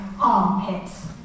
armpits